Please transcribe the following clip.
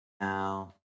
Now